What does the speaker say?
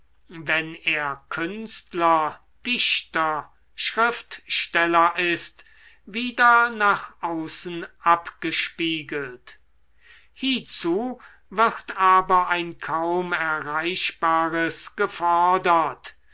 wenn er künstler dichter schriftsteller ist wieder nach außen abgespiegelt hiezu wird aber ein kaum erreichbares gefordert